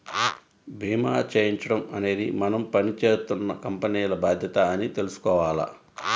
భీమా చేయించడం అనేది మనం పని జేత్తున్న కంపెనీల బాధ్యత అని తెలుసుకోవాల